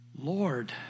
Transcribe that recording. Lord